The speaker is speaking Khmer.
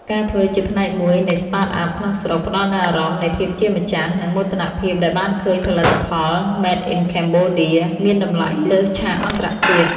ការធ្វើជាផ្នែកមួយនៃ Startup ក្នុងស្រុក ផ្ដល់នូវអារម្មណ៍នៃភាពជាម្ចាស់ និងមោទនភាពដែលបានឃើញផលិតផល "Made in Cambodia" មានតម្លៃលើឆាកអន្តរជាតិ។